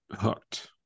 hooked